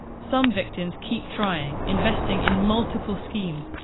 some victims keep trying, investing in multiple schemes,